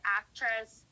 actress